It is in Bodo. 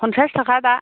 फनसास थाखा दा